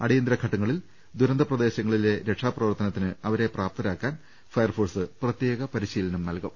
അടിയന്തരഘട്ടങ്ങളിൽ ദുരന്ത പ്രദേശങ്ങളിൽ രക്ഷാപ്രവർത്തനത്തിന് അവരെ പ്രാപ്തരാക്കാൻ ഫയർഫോഴ്സ് പ്രത്യേക പരിശീലനം നൽകും